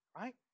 right